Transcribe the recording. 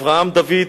אברהם דוד,